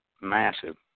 massive